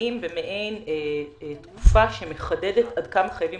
נמצאים במעין תקופה שמחדדת עד כמה חייבים